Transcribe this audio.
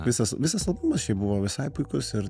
visas visas albumas šiaip buvo visai puikus ir